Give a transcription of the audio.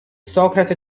socrate